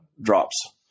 drops